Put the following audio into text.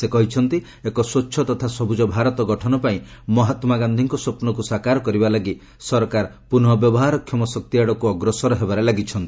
ସେ କହିଛନ୍ତି ଏକ ସ୍ୱଚ୍ଛ ତଥା ସବୁଜ ଭାରତ ଗଠନ ପାଇଁ ମହାତ୍ଲା ଗାନ୍ଧିଙ୍କ ସ୍ୱପ୍ନକୁ ସାକାର କରିବା ଲାଗି ସରକାର ପୁର୍ନବ୍ୟବହାର କ୍ଷମ ଶକ୍ତି ଆଡ଼କୁ ଅଗ୍ରସର ହେବାରେ ଲାଗିଛନ୍ତି